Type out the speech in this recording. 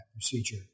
procedure